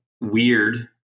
weird